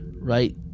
right